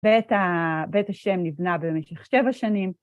בית השם נבנה במשך שבע שנים.